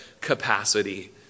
capacity